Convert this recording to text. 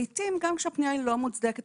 לעתים גם כשהפנייה היא לא מוצדקת,